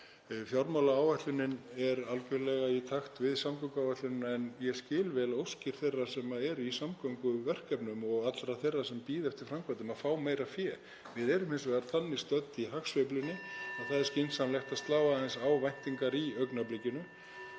Fjármálaáætlun er algerlega í takt við samgönguáætlun en ég skil vel óskir þeirra sem eru í samgönguverkefnum og allra þeirra sem bíða eftir framkvæmdum að fá meira fé. Við erum hins vegar þannig stödd í hagsveiflunni að það er (Forseti hringir.) skynsamlegt að slá aðeins á væntingar í augnablikinu.